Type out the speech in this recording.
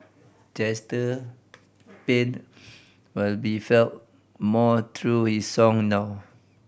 Chester pain will be felt more through his song now